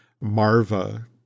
Marva